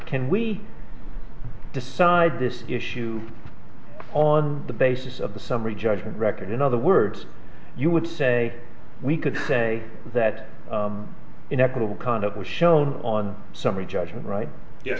can we decide this issue on the basis of the summary judgment record in other words you would say we could say that inequitable conduct was shown on summary judgment right y